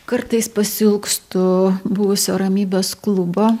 kartais pasiilgstu buvusio ramybės klubo